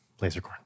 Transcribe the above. Lasercorn